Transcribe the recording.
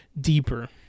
deeper